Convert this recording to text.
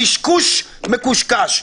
קשקוש מקושקש.